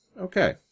Okay